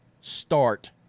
start